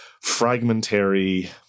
fragmentary